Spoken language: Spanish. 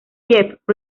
jeff